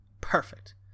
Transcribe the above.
Perfect